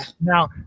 Now